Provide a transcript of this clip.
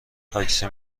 تاکسی